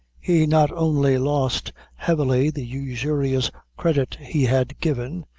he not only lost heavily the usurious credit he had given,